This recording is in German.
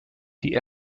die